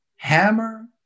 Hammer